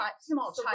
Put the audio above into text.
small